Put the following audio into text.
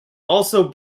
also